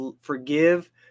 forgive